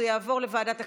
זה יעבור לוועדת הכנסת,